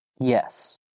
Yes